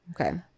okay